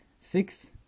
six